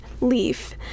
leaf